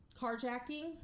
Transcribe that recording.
carjacking